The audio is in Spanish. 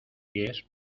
pies